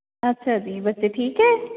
ਅੱਛਾ ਜੀ ਬੱਚੇ ਠੀਕ ਹੈ